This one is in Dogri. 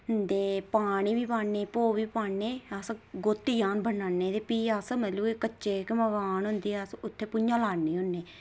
ते पानी बी पान्ने ते भोऽ बी पान्ने ते अस गोत्ती जन बनान्ने ते मतलब कि भी अस ते जेह्के मकान होंदे ते भी अस उत्थै लान्ने होन्ने